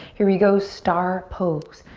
here we go, star pose.